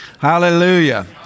Hallelujah